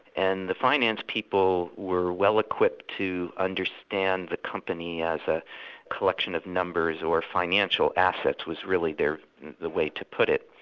and the finance people were well equipped to understand the company as a collection of numbers or financial assets was really the way to put it.